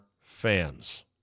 fans